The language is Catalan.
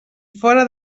fora